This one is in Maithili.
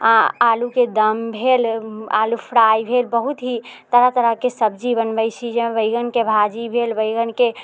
आओर आलूके दम भेल आलू फ्राइ भेल बहुत ही तरह तरहके सब्जी बनबै छी जेना बैगनके भाजी भेल बैगनके